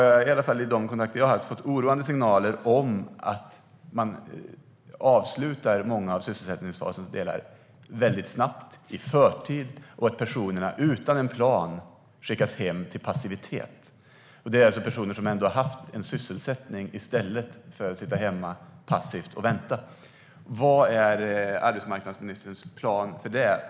Jag har fått oroande signaler om att man avslutar många av sysselsättningsfasens delar i förtid och att personerna utan någon plan skickas hem till passivitet. Då handlar det om personer som har haft en sysselsättning i stället för att sitta hemma passivt och vänta. Vad är arbetsmarknadsministerns plan här?